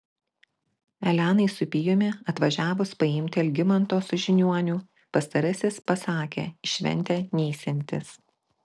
elenai su pijumi atvažiavus paimti algimanto su žiniuoniu pastarasis pasakė į šventę neisiantis